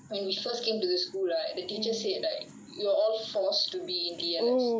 when we first came to the school like the teacher say right you all forced to be in T_L_S